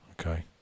okay